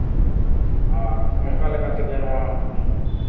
ᱟᱨ ᱚᱱᱠᱟ ᱞᱮᱠᱟ ᱛᱮᱜᱮ ᱱᱚᱣᱟ